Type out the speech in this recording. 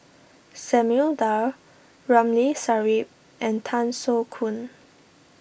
Samuel Dyer Ramli Sarip and Tan Soo Khoon